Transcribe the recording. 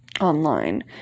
online